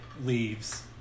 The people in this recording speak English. leaves